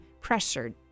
pressured